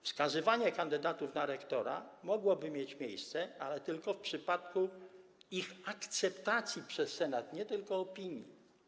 Wskazywanie kandydatów na rektora mogłoby mieć miejsce, ale tylko w przypadku ich akceptacji przez senat, nie tylko opinii.